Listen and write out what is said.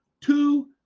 two